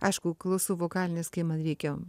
aišku klausau vokalinės kai man reikia